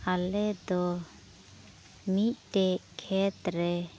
ᱟᱞᱮ ᱫᱚ ᱢᱤᱫᱴᱮᱱ ᱠᱷᱮᱛ ᱨᱮ